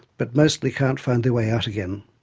but mostly can't find their way out again.